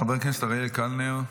חבר הכנסת אריאל קלנר,